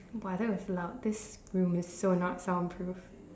!wah! that was loud this room is so not soundproof